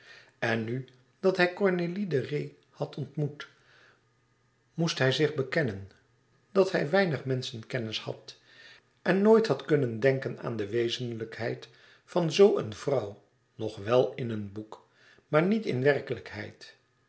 en nu dat hij cornélie de retz had ontmoet moest hij zich bekennen dat hij weinig menschenkennis had en nooit had kennen denken aan de wezenlijkheid van zoo een vrouw nog wel in een boek maar niet in werkelijkheid